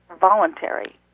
voluntary